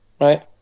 right